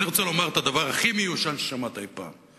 ואני רוצה לומר את הדבר הכי מיושן ששמעת אי-פעם: